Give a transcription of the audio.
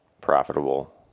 profitable